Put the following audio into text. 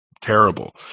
terrible